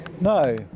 No